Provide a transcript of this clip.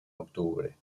octubre